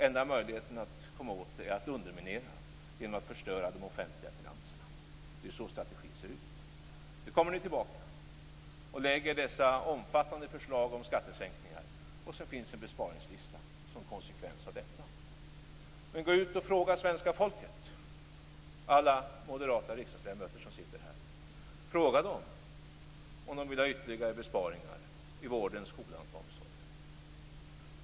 Enda möjligheten att komma åt det är att underminera genom att förstöra de offentliga finanserna. Det är så strategin ser ut. Nu kommer ni tillbaka och lägger fram dessa omfattande förslag om skattesänkningar. Som en konsekvens av detta finns en lista på besparingar. Alla moderata riksdagsledamöter som sitter här: Gå ut till svenska folket och fråga människor om de vill ha ytterligare besparingar i vården, skolan och omsorgen.